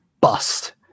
bust